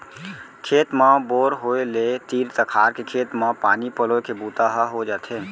खेत म बोर होय ले तीर तखार के खेत म पानी पलोए के बूता ह हो जाथे